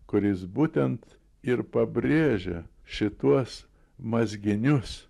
kuris būtent ir pabrėžia šituos mazginius